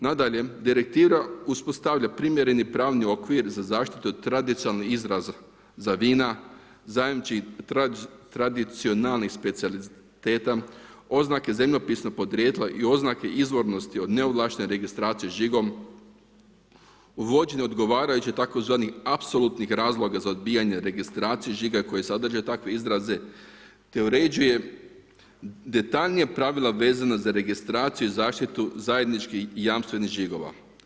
Nadalje, direktiva uspostavlja primjereni pravni okvir za zaštitu od tradicionalnih izraz za vina zajamči i tradicionalni specijaliteta oznake zemljopisnog podrijetla i oznake izvornosti od neovlaštene registracije žigom, uvođenje odgovarajućih tzv. apsolutnih razloga za odbijanje registracije žiga koji sadrže takve izraze te uređuje detaljnija pravila vezana za registraciju i zaštitu zajedničkih jamstvenih žigova.